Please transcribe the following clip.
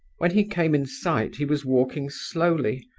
when he came in sight he was walking slowly,